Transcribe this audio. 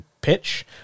pitch